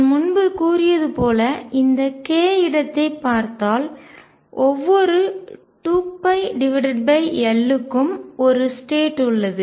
நான் முன்பு கூறியது போல் இந்த k இடத்தைப் பார்த்தால் ஒவ்வொரு 2π L க்கும் ஒரு ஸ்டேட் நிலை உள்ளது